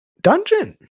dungeon